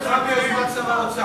לא מאותן סיבות.